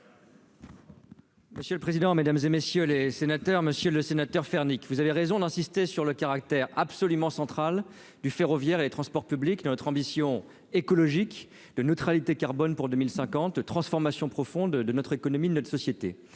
Monsieur le président, Mesdames et messieurs les sénateurs, Monsieur le Sénateur, vous avez raison d'insister sur le caractère absolument central du ferroviaire et les transports publics, notre ambition écologique de neutralité carbone pour 2050 transformation profonde de notre économie, notre société,